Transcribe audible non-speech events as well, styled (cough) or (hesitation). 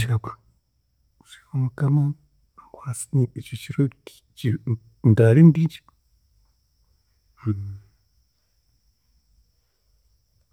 Nshabe Mukama ankwase ekyo kiro ki ndaare ndigye. (hesitation)